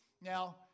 Now